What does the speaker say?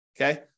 Okay